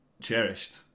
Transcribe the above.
Cherished